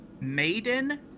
maiden